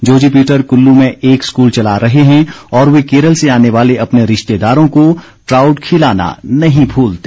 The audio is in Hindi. जोजी पीटर कुल्लू में एक स्कूल चला रहे हैं और वे केरल से आने वाले अपने रिश्तेदारों को ट्राउट खिलाना नहीं भूलते